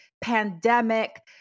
pandemic